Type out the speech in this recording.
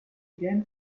again